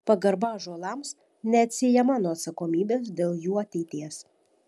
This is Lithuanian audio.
pagarba ąžuolams neatsiejama nuo atsakomybės dėl jų ateities